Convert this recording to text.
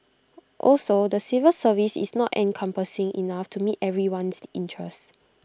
also the civil service is not encompassing enough to meet everyone's interest